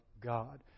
God